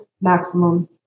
maximum